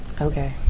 Okay